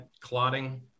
clotting